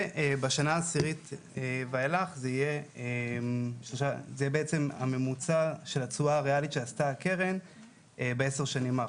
ובשנה העשירית זה בעצם התשואה הריאלית שעשתה הקרן בעשר שנים האחרונות.